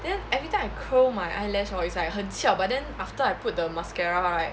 then every time I curl my eyelash hor it's like 很翘 but then after I put the mascara right